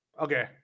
Okay